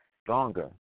stronger